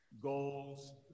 goals